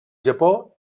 japó